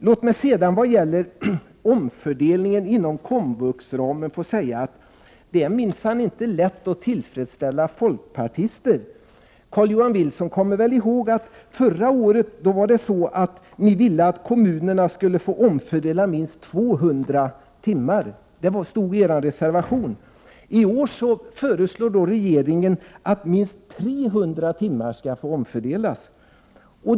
Låt mig när det gäller omfördelningen inom komvuxramen säga att det minsann inte är lätt att tillfredsställa folkpartister. Carl-Johan Wilson kommer väl ihåg att ni förra året ville att kommunerna skulle få omfördela minst 200 timmar? Det stod i er reservation. I år föreslår regeringen att minst 300 timmar skall få omfördelas.